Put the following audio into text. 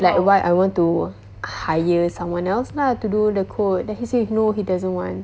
like why I want to hire someone else lah to do the code then he say no he doesn't want